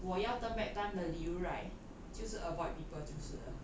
我要 turn back time 的理由 right 就是 avoid people 就是了